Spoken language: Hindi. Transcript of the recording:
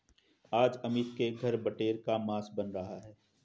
आज अमित के घर बटेर का मांस बन रहा है